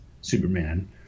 Superman